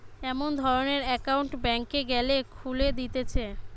এমন ধরণের একউন্ট ব্যাংকে গ্যালে খুলে দিতেছে